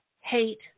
hate